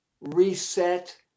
reset